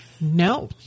No